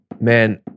man